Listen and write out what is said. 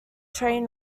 train